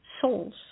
souls